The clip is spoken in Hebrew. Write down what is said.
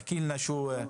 בבקשה.